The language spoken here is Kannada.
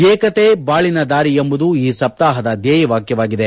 ಏಕತೆ ಬಾಳಿನ ದಾರಿ ಎಂಬುದು ಈ ಸಪ್ತಾಪದ ಧ್ಲೇಯವಾಕ್ಷವಾಗಿದೆ